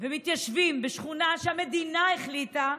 ומתיישבים בשכונה שהמדינה החליטה,